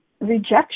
rejection